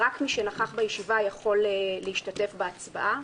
שרק מי שנכח בישיבה יכול להשתתף בהצבעה.